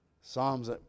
Psalms